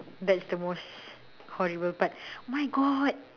that's the most horrible part my god